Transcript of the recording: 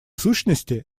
сущности